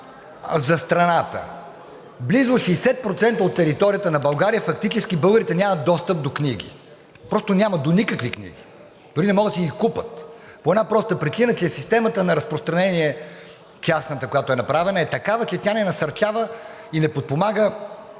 за страната. Близо 60% от територията на България фактически българите нямат достъп до книги, просто нямат до никакви книги. Дори не могат да си купят по една проста причина, че системата на разпространение – тясната, която е направена е такава, че тя не насърчава и не подпомага